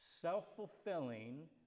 self-fulfilling